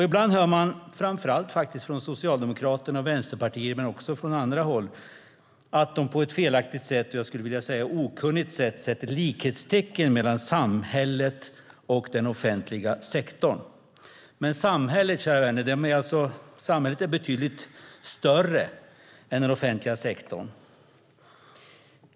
Ibland hör man framför allt från Socialdemokraterna och Vänsterpartiet men också från andra håll att de på ett felaktigt - jag skulle vilja säga okunnigt - sätt sätter likhetstecken mellan samhället och den offentliga sektorn. Men samhället, kära vänner, är betydligt större än den offentliga sektorn.